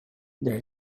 there